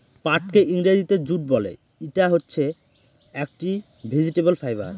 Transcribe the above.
পাটকে ইংরেজিতে জুট বলে, ইটা হচ্ছে একটি ভেজিটেবল ফাইবার